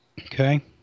Okay